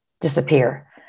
disappear